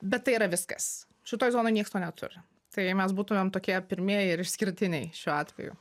bet tai yra viskas šitoj zonoj nieks to neturi tai mes būtumėm tokie pirmieji ir išskirtiniai šiuo atveju